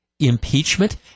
impeachment